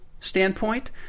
standpoint